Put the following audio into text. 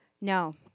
No